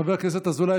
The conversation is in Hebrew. חבר הכנסת אזולאי,